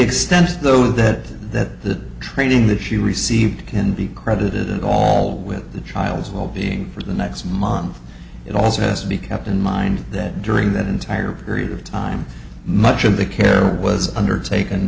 extent though that the training that she received can be credited and all with the child's well being for the next month it also has to be kept in mind that during that entire period of time much of the care was undertak